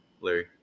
Larry